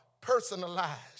personalized